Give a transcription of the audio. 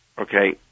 okay